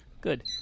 Good